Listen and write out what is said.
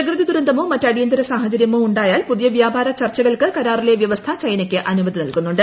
പ്രകൃതി ദുരന്തമോ മറ്റ് അടിയന്തര സാഹചര്യമോ ഉണ്ടായാൽ പുതിയ വ്യാപാര ചർച്ചകൾക്ക് കരാറിലെ വൃവസ്ഥ ചൈനയ്ക്ക് അനുമതി നൽകുന്നുണ്ട്